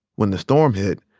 when the storm hit,